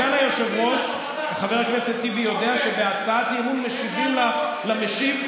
סגן היושב-ראש חבר הכנסת טיבי יודע שבהצעת אי-אמון משיבים למשיב,